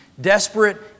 desperate